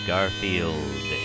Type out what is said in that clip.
Garfield